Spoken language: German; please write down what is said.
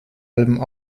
allem